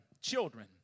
Children